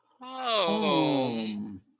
home